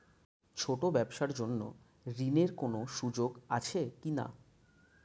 ছোট ব্যবসার জন্য ঋণ এর কোন সুযোগ আছে কি না?